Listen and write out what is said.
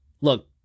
Look